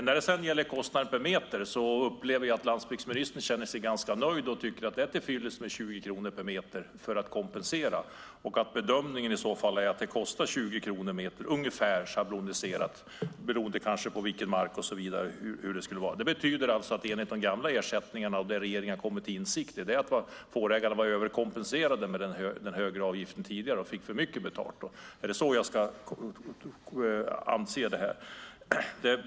När det gäller kostnaden per meter upplever jag att landsbygdsministern känner sig ganska nöjd och tycker att det är till fyllest med 20 kronor per meter som kompensation och att bedömningen i så fall är att det kostar ungefär 20 kronor per meter schabloniserat, kanske beroende på vilken mark det är och så vidare. Det betyder med tanke på de gamla ersättningarna att regeringen har kommit till insikten att fårägarna var överkompenserade med den högre avgiften tidigare och fick för mycket betalt. Är det så jag ska uppfatta det här?